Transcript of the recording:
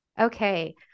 Okay